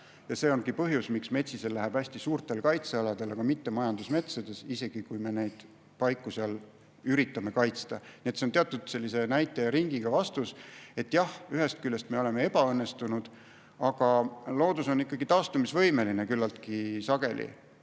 See ongi põhjus, miks metsisel läheb hästi suurtel kaitsealadel, aga mitte majandusmetsades, isegi kui me neid paiguti üritame kaitsta. See on teatud näite ja ringiga vastus, et jah, ühest küljest me oleme ebaõnnestunud, aga loodus on ikkagi küllaltki sageli